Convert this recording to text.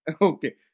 Okay